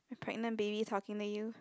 a pregnant baby talking to you